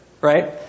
Right